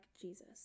Jesus